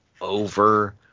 over